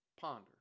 Ponder